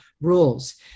rules